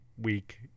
Week